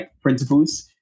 principles